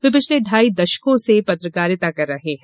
वे पिछले ढाई दशकों से पत्रकारिता कर रहे हैं